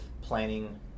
planning